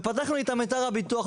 ופתחנו איתם את הר הביטוח,